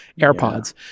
AirPods